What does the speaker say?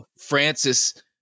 Francis